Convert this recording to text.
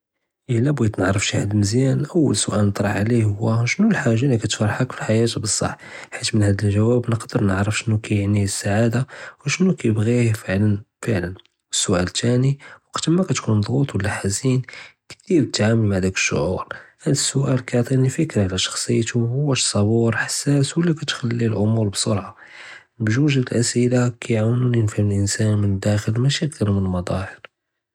אִלָּא בְּغִית נַעְרַף שִי חַד מְזְיָאן, אֻוָّل סְאֵאל נַטְרַח עְלֵيه הוּוּ שְנּוּ אֶל-חַאגָּה לִי קַתְפַרְחֵּכ פִי אֶל-חַיַاة, בְּצַח חַיִת מִן הָא דִ' גּוֹאב נְקַדֵּר נַעְרַף שְנּוּ כַּיְעְנִי סַעְדָה וּשְנּוּ כַּיְבְּغִי פְעִלָּא. סְאֵאל תַּאנִי, וַקְת מַהְתְּכּוּן מְדַעְטְצ וְלָא חַזִין, כִּיף דִּיר תְּעַامַל מְעַהָא דִּ'אכְ שְעּוּר. הָא דִ' סְאֵאל יְעַטֵּנִי פִיקְרָה עַל שַּׁכְסִיְּתוּ, אִישָּׁה סְבּוּר, חַסַּאס וְלָא כַּיְדִיר אְמוּר בִּסְרְעָה. בְּגּוּג' הָא סְאֵאֵל קַיְעַוְּנוּ נְפַהְּמּוּ אִנְסָאן מִן דַּاخְל, מָשִי גִּ'י מְלַמְלָדְ'הָר.